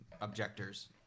objectors